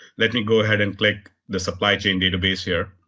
let me go ahead and click the supplychaindatabase here,